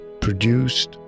produced